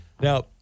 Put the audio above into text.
Now